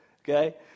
okay